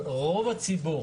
אבל רוב התאונות